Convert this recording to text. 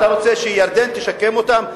אז אתה רוצה שירדן תשקם אותם?